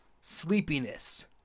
sleepiness